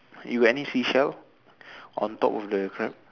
you got any seashell on top of the crab